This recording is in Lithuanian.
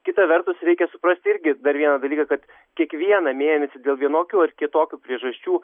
kita vertus reikia suprasti irgi dar vieną dalyką kad kiekvieną mėnesį dėl vienokių ar kitokių priežasčių